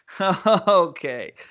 Okay